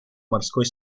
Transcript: морской